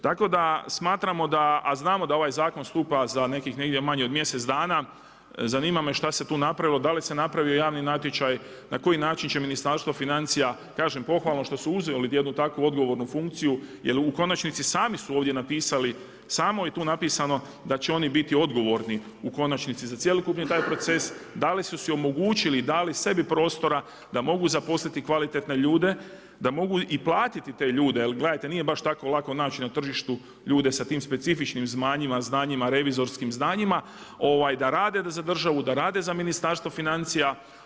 Tako da smatramo da, a znamo da ovaj zakon stupa za nekih negdje manje od mjesec dana, zanima me šta se tu napravilo, da li se napravio javni natječaj, na koji način će Ministarstvo financija, kažem pohvalno što su uzeli jednu takvu odgovornu funkciju, jer u konačnici sami su ovdje napisali, samo je tu napisano da će oni biti odgovorni u konačnici za cjelokupni taj proces, da li su si omogućili i dali sebi prostora da mogu zaposliti kvalitetne ljude, da mogu i platiti te ljude jer gledajte nije baš tako lako naći na tržištu ljude sa tim specifičnim znanjima, revizorskim znanjima da rade za državu, da rade za Ministarstvo financija.